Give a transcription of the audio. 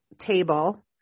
table